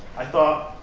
i thought,